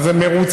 אז הם מרוצים,